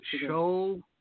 show